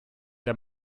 der